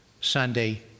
Sunday